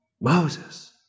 Moses